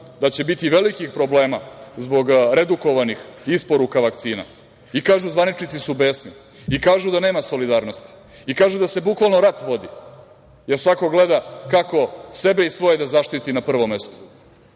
da će biti velikih problema zbog redukovanih isporuka vakcina i kažu – zvaničnici su besni i kažu da nema solidarnosti i kažu da se bukvalno rat vodi jer svako gleda kako sebe i svoje da zaštiti na prvom mestu.